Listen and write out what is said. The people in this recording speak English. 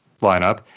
lineup